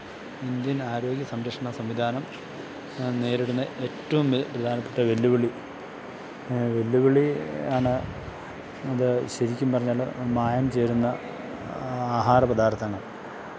Indian ആരോഗ്യ സംരക്ഷണ സംവിധാനം നേരിടുന്ന ഏറ്റവും വെ പ്രധാനപ്പെട്ട വെല്ലുവിളി വെല്ലുവിളി ആണ് അത് ശരിക്കും പറഞ്ഞാൽ മായം ചേരുന്ന ആഹാര പദാര്ത്ഥങ്ങള്